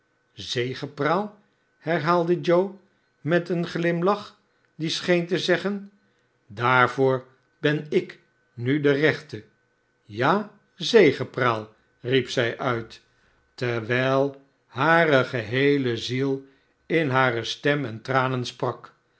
zegepraal herhaalde joe met een glimlach die seheen te zeggen sdaarvoor ben ik nu de rechte ja zegepraal riep zij uit terwijl hare geheele ziel in hare stem en tranen sprak